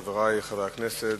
חברי חברי הכנסת,